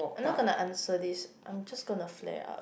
I'm not gonna answer this I'm just gonna flare up